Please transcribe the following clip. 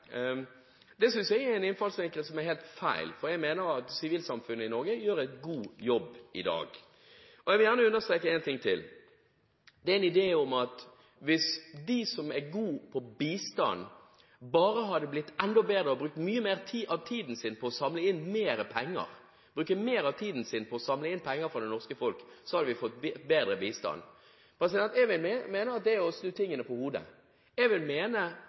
Det synes jeg er en innfallsvinkel som er helt feil, for jeg mener at sivilsamfunnet i Norge gjør en god jobb i dag. Jeg vil gjerne understreke en ting til. Det er en idé om at hvis de som er gode på bistand, bare hadde blitt enda bedre og brukt mye mer av tiden sin på å samle inn mer penger fra det norske folk, hadde vi fått bedre bistand. Jeg vil mene at det er å snu tingene på hodet. Jeg vil mene